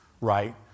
Right